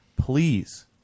Please